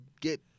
get